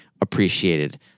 appreciated